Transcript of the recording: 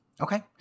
Okay